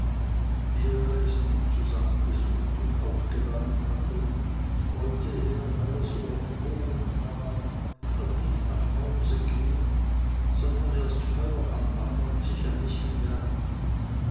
er es nun zusammengesucht und aufgeladen hatte wollte er weil er so erfroren war noch nicht nach haus gehen sondern erst feuer anmachen und sich ein bißchen wärmen